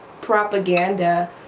propaganda